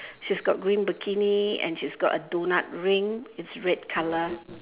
she's got green bikini and she's got a doughnut ring it's red colour